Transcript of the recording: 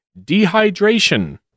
dehydration